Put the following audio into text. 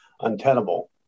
untenable